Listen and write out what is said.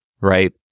right